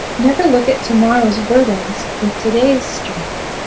never look at tomorrow's burdens with today's strength.